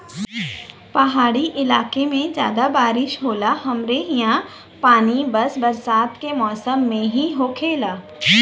पहाड़ी इलाके में जादा बारिस होला हमरे ईहा पानी बस बरसात के मौसम में ही होखेला